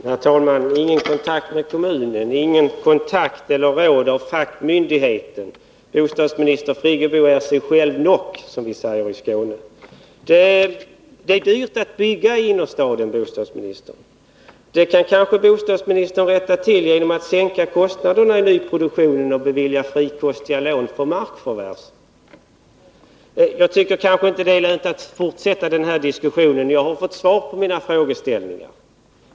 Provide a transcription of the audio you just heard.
Herr talman! Ingen kontakt med kommunen. Inget råd av fackmyndigheten. Bostadsminister Friggebo är ”sig själv nock”, som vi säger i Skåne. Det är dyrt att bygga i innerstaden, bostadsministern. Det kan kanske bostadsministern rätta till genom att sänka kostnaderna i nyproduktionen och bevilja frikostiga lån för markförvärv. Jag tycker inte att det är lönt att fortsätta den här diskussionen. Jag har fått svar på mina frågor.